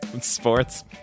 sports